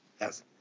yes